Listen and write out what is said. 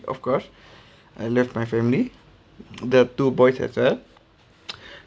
of course I love my family the two boys as well